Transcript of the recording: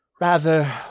Rather